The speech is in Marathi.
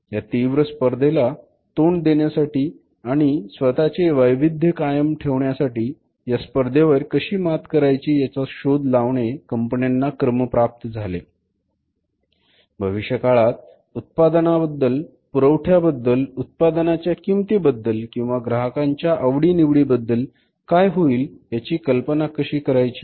या तीव्र स्पर्धेला तोंड देण्यासाठी आणि स्वतःचे वैविध्य कायम ठेवण्यासाठी या स्पर्धेवर कशी मात करायची याचा शोध लावणे कंपन्यांना क्रमप्राप्त झाले भविष्यकाळात उत्पादनाबद्दल पुरवठ्या बद्दल उत्पादनाच्या किंमती बद्दल किंवा ग्राहकांच्या आवडी निवडी बद्दल काय होईल याची कल्पना कशी करायची